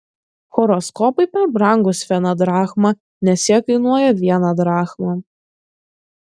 horoskopai per brangūs viena drachma nes jie kainuoja vieną drachmą